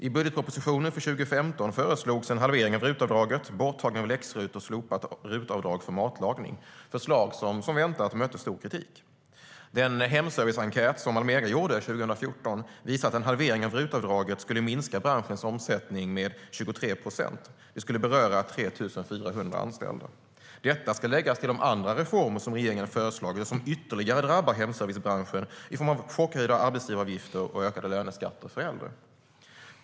I budgetpropositionen för 2015 föreslogs en halvering av RUT-avdraget, borttagande av läx-RUT och slopat RUT-avdrag för matlagning. Det var förslag vilka, som väntat, mötte stark kritik. Den hemserviceenkät som Almega skickade ut 2014 visade att en halvering av RUT-avdraget skulle minska branschens omsättning med 23 procent. Det skulle beröra 3 400 anställda. Det ska läggas till de andra reformer som regeringen föreslagit och som ytterligare drabbar hemservicebranschen i form av chockhöjda arbetsgivaravgifter och ökade löneskatter för äldre.